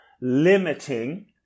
limiting